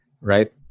right